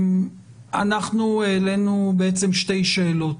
אנחנו העלינו שתי שאלות,